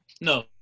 No